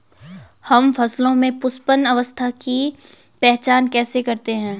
हम फसलों में पुष्पन अवस्था की पहचान कैसे करते हैं?